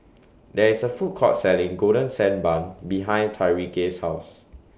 There IS A Food Court Selling Golden Sand Bun behind Tyreke's House